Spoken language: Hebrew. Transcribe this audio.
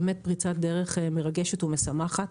באמת פריצת דרך מרגשת ומשמחת.